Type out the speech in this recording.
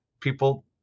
people